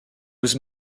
was